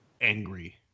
angry